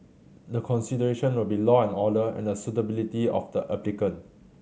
the consideration will be law and order and the suitability of the applicant